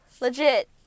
Legit